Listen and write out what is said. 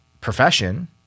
profession